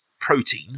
protein